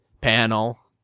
panel